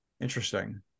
Interesting